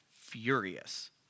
furious